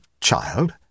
child